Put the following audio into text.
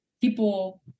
People